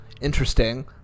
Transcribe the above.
Interesting